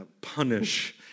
punish